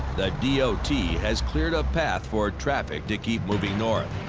the d o t. has cleared a path for traffic to keep moving north.